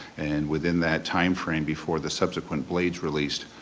and within that time frame before the subsequent blades released,